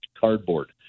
cardboard